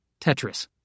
Tetris